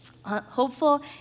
hopeful